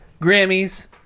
Grammys